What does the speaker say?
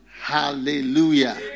Hallelujah